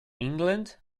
england